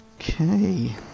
Okay